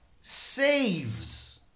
Saves